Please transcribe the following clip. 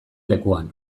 lekuan